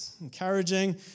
encouraging